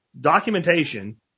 documentation